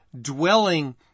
dwelling